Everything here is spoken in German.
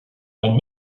ein